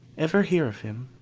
ever hear of him?